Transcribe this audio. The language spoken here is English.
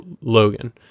Logan